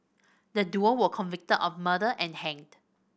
the duo were convicted of murder and hanged